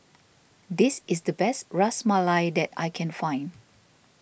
this is the best Ras Malai that I can find